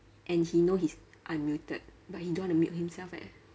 and he know he's unmuted but he don't want to mute himself eh